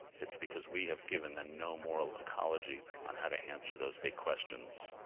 it's because we have given them no moral ecology on how to answer those big questions.